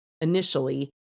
initially